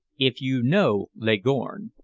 if you know leghorn,